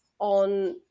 on